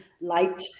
light